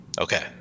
Okay